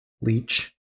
leech